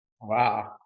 Wow